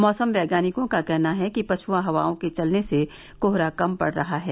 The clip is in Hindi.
मौसम वैज्ञानिकों का कहना है कि पछुआ हवाओं के चलने से कोहरा कम पड़ रहा है